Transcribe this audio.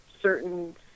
certain